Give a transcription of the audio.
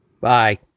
Bye